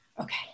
Okay